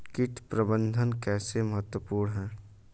कीट प्रबंधन कैसे महत्वपूर्ण है?